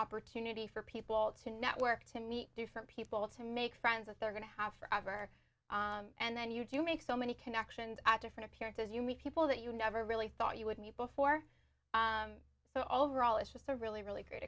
opportunity for people to network to meet different people to make friends that they're going to have forever and then you do you make so many connections at different appearances you meet people that you never really thought you would meet before so overall it's just a really really great